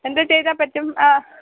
എന്തോ ചെയ്താല് പറ്റും